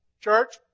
church